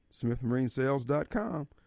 smithmarinesales.com